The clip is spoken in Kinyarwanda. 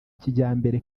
kijyambere